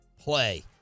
play